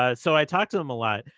ah so i talk to them a lot.